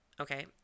okay